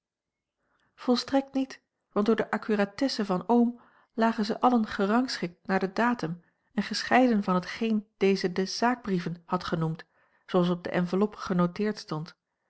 volstrekt niet want door de accuratesse van oom lagen ze allen gerangschikt naar den datum en gescheiden van hetgeen deze de zaakbrieven had genoemd zooals op de enveloppe genoteerd stond